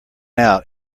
out